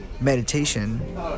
meditation